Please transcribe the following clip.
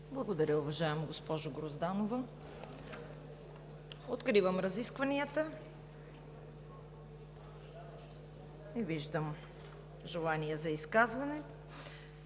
Благодаря, уважаема госпожо Грозданова. Откривам разискванията. Не виждам желание за изказване.